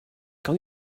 gawn